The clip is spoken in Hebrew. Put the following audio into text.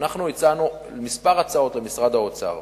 ואנחנו הצענו כמה הצעות למשרד האוצר,